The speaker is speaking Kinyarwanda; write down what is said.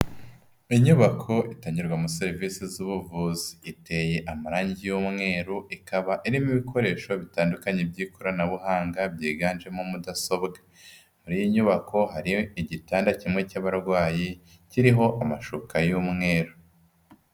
Inyubako itangirwamo serivisi z'ubuvuzi, iteye amarangi y'umweru ikaba irimo ibikoresho bitandukanye by'ikoranabuhanga byiganjemo mudasobwa. Muri iyi nyubako hariyo igitanda kimwe cy'abarwayi kiriho amashuka y'umweru.